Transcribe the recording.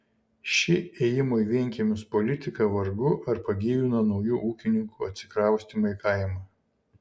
ši ėjimo į vienkiemius politika vargu ar pagyvino naujų ūkininkų atsikraustymą į kaimą